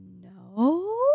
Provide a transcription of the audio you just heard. No